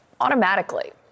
automatically